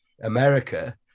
america